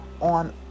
on